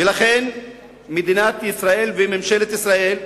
ולכן מדינת ישראל וממשלת ישראל,